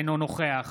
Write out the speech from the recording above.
אינו נוכח